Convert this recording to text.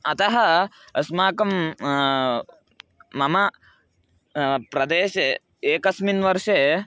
अतः अस्माकं मम प्रदेशे एकस्मिन् वर्षे